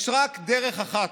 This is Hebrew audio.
יש רק דרך אחת.